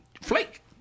flake